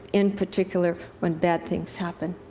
in particular, when bad things happen.